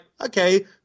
okay